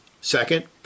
Second